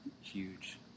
huge